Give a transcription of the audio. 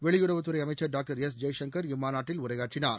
வெளியுறவுத்துறை அமைச்சர் doctor S Jaishankar இம்மாநாட்டில் உரையாற்றினார்